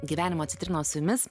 gyvenimo citrinos jumis